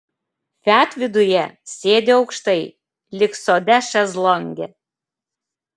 fiat viduje sėdi aukštai lyg sode šezlonge